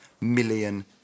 million